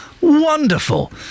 wonderful